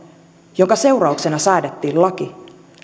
jonka seurauksena säädettiin laki